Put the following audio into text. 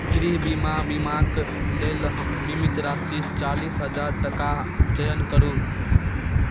गृह बीमा बीमाक लेल बीमित राशि चालीस हजार टका चयन करु